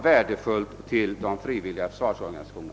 värdefullt — till dessa organisationer.